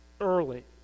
early